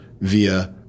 via